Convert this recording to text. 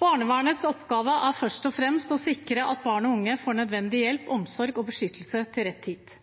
Barnevernets oppgave er først og fremst å sikre at barn og unge får nødvendig hjelp, omsorg og beskyttelse til rett tid.